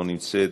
לא נמצאת,